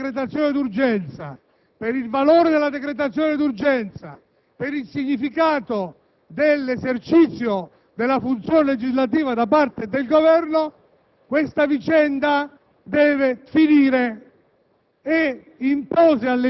per la natura ed il valore della decretazione d'urgenza, per il significato dell'esercizio della funzione legislativa da parte del Governo questa vicenda deve finire,